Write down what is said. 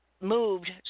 moved